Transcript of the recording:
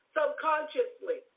Subconsciously